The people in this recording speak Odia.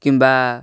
କିମ୍ବା